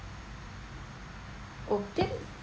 okay